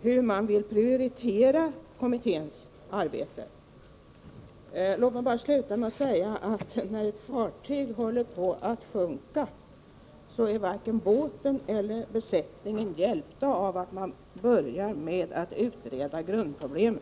hur man vill prioritera kommitténs arbete. Låt mig sluta med att säga att när fartyg håller på att sjunka, är varken båten eller besättningen hjälpta av att man börjar med att utreda grundproblemen.